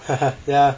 ya